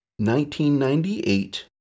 1998